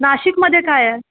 नाशिकमध्ये काय आहे